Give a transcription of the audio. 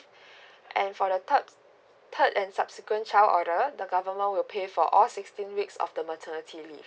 and for the third third and subsequent child order the government will pay for all sixteen weeks of the maternity leave